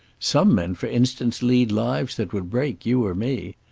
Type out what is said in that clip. some men, for instance, lead lives that would break you or me.